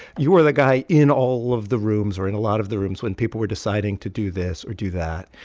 you were the guy in all of the rooms, or in a lot of the rooms, when people were deciding to do this or do that.